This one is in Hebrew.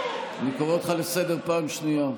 אני קורא אותך לסדר פעם שנייה.